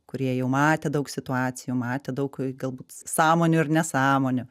kurie jau matę daug situacijų matę daug galbūt sąmonių ir nesąmonių